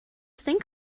think